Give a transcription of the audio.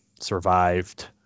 survived